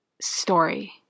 story